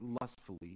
lustfully